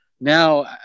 now